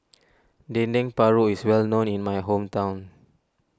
Dendeng Paru is well known in my hometown